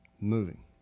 moving